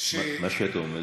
מה שאתה אומר,